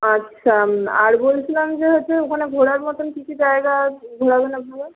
আচ্ছা আর বলছিলাম যে হচ্ছে ওখানে ঘোরার মতন কিছু জায়গা ঘোরাবেন আপনারা